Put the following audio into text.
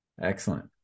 Excellent